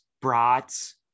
brats